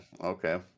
Okay